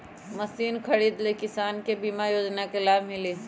Machine खरीदे ले किसान के बीमा योजना के लाभ मिली?